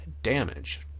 damage